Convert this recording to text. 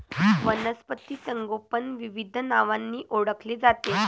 वनस्पती संगोपन विविध नावांनी ओळखले जाते